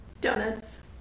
Donuts